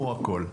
הוא הכול.